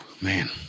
man